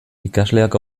ikasleak